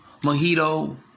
mojito